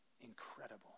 incredible